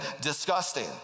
disgusting